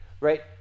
Right